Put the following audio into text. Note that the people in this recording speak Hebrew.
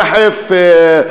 נחף,